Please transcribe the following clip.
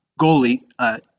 goalie